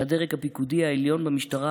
שהדרג הפיקודי העליון במשטרה